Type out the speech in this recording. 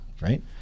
Right